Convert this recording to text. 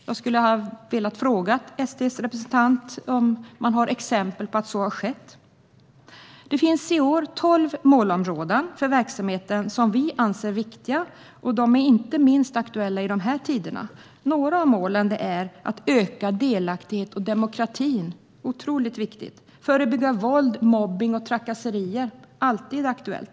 Jag skulle ha velat fråga Sverigedemokraternas representant om man har exempel på att så har skett. Det finns i år tolv målområden för verksamheten som vi anser viktiga, och de är inte minst aktuella i dessa tider. Ett av målen är att öka delaktighet och demokrati, något som är otroligt viktigt. Det handlar också om att förebygga våld, mobbning och trakasserier, vilket alltid är aktuellt.